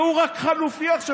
והוא רק חלופי עכשיו,